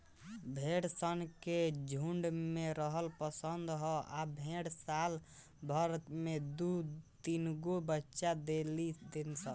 भेड़ सन के झुण्ड में रहल पसंद ह आ भेड़ साल भर में दु तीनगो बच्चा दे देली सन